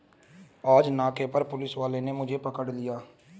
आज नाके पर पुलिस वाले ने मुझे पकड़ लिया